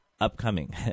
upcoming